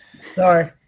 Sorry